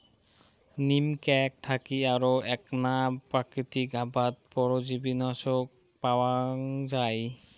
নিম ক্যাক থাকি আরো এ্যাকনা প্রাকৃতিক আবাদ পরজীবীনাশক পাওয়াঙ যাই